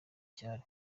icyari